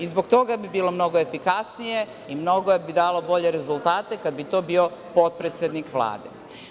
Zbog toga bi bilo mnogo efikasnije i mnogo bi dalo bolje rezultate kada bi to bio potpredsednik Vlade.